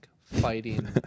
fighting